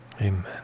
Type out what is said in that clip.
Amen